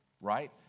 right